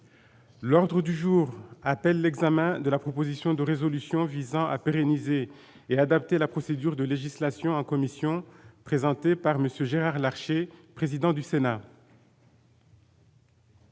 L'ordre du jour appelle l'examen de la proposition de résolution visant à pérenniser et adapter la procédure de législation en commission, présenté par Monsieur Gérard Larcher, président du Sénat.